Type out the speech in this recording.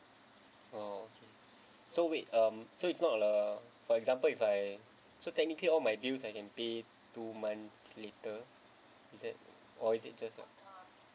oh okay so wait um so it's not like uh for example if I so technically all my bills I can pay two months later is it or is it just not